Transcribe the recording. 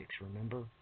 remember